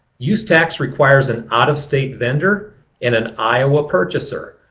use tax requires an out of state vendor and an iowa purchaser.